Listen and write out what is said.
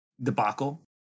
debacle